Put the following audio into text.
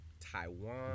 Taiwan